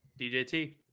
djt